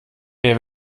wer